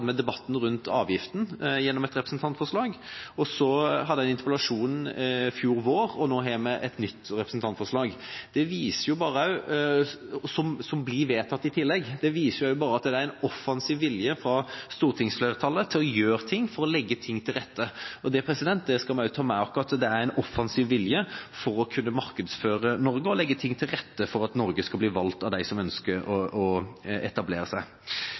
debatten rundt avgiften, gjennom et representantforslag, og så hadde vi en interpellasjon i fjor vår, og nå har vi et nytt representantforslag, som i tillegg blir vedtatt. Det viser bare at det er en offensiv vilje fra stortingsflertallet til å gjøre ting, til å legge til rette. Og det skal vi også ta med oss: at det er en offensiv vilje til å markedsføre Norge og legge til rette for at Norge skal bli valgt av dem som ønsker å etablere seg.